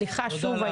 סליחה שוב.